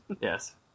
Yes